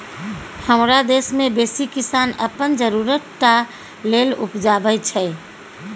हमरा देश मे बेसी किसान अपन जरुरत टा लेल उपजाबै छै